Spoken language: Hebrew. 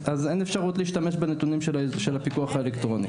אז אין אפשרות להשתמש בנתונים של הפיקוח האלקטרוני.